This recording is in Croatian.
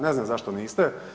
Ne znam zašto niste?